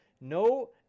No